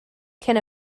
cyn